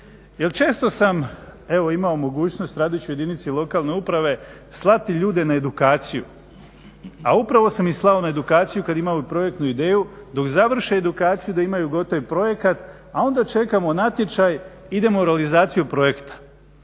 često sam, evo imao mogućnost radeći u jedinici lokalne uprave, slati ljude na edukaciju, a upravo sam ih slao na edukaciju kad imaju projektnu ideju da usavrše edukaciju, da imaju gotovi projekat, a onda čekamo natječaj, idemo u realizaciju projekta.